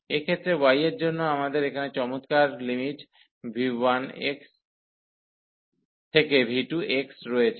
এক্ষেত্রে y এর জন্য আমাদের এখানে চমৎকার লিমিট v1x থেকে v2x রয়েছে